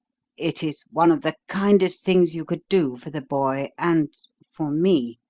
it is one of the kindest things you could do for the boy and for me.